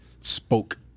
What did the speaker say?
spoke